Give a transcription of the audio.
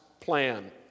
plan